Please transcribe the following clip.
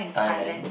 Thailand